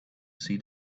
see